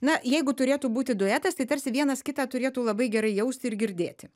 na jeigu turėtų būti duetas tai tarsi vienas kitą turėtų labai gerai jausti ir girdėti